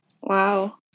Wow